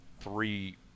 Three